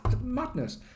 Madness